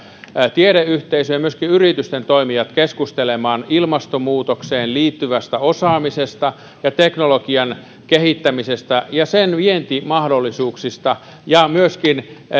tiedeyhteisön ja myöskin yritysten toimijat keskustelemaan ilmastonmuutokseen liittyvästä osaamisesta ja teknologian kehittämisestä ja sen vientimahdollisuuksista ja myöskin siitä